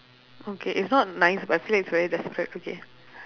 okay it's not nice but I feel like it's very desperate okay